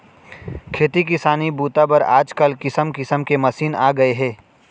खेती किसानी बूता बर आजकाल किसम किसम के मसीन आ गए हे